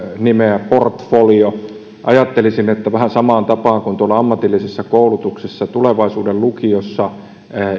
nimeä portfolio ajattelisin että vähän samaan tapaan kuin tuolla ammatillisessa koulutuksessa tulevaisuuden lukiossa